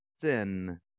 sin